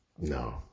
No